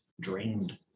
drained